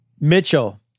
Mitchell